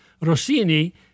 Rossini